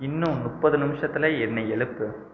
இன்னும் முப்பது நிமிஷத்தில் என்னை எழுப்பு